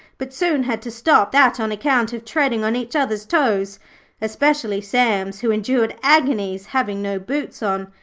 but soon had to stop that on account of treading on each other's toes especially sam's, who endured agonies, having no boots on.